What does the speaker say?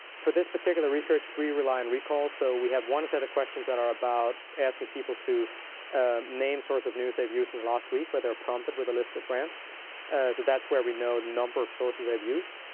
for this particular research, we rely on recall. so we have one set of questions that are about asking people to name sources of news they've used in the last week, where they're prompted with a list of brands. so that's where we know the number of sources they've used.